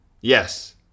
Yes